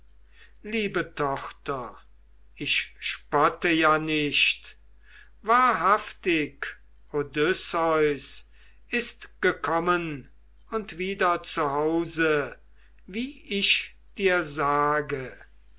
liebe tochter ich spotte ja nicht wahrhaftig odysseus ist gekommen und wieder zu hause wie ich dir sage